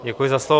Děkuji za slovo.